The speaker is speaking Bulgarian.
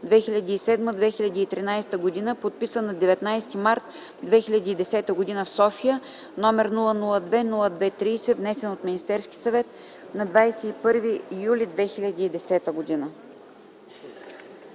2007-2013 г., подписан на 19 март 2010 г. в София, № 002-02-30, внесен от Министерския съвет на 21 юли 2010 г.”